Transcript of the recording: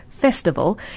Festival